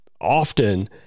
often